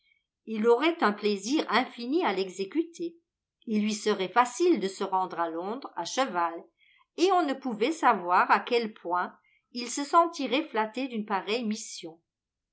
il aurait un plaisir infini à l'exécuter il lui serait facile de se rendre à londres à cheval et on ne pouvait savoir à quel point il se sentirait flatté d'une pareille mission